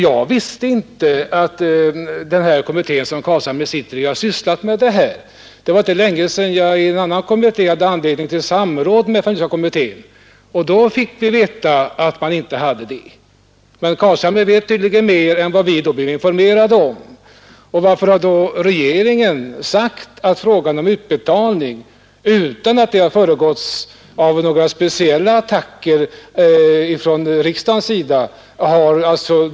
Jag visste inte att den kommitté som herr Carlshamre är ledamot av har sysslat med detta. Det var inte länge sedan jag i en annan kommitté hade anledning till samråd med familjepolitiska kommittén, och då fick vi veta att denna inte hade behandlat saken. Men herr Carlshamre vet tydligen mer än vad vi då blev informerade om. Varför har då regeringen tagit initiativ i frågan om utbetalningen utan att detta har föregåtts av några speciella attacker från riksdagens sida?